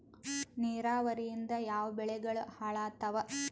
ನಿರಾವರಿಯಿಂದ ಯಾವ ಬೆಳೆಗಳು ಹಾಳಾತ್ತಾವ?